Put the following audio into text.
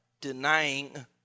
denying